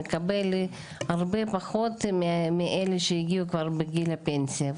מקבל הרבה פחות מאלה שהגיעו כבר בגיל הפנסיה.